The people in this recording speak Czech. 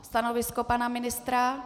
Stanovisko pana ministra?